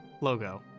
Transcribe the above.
Logo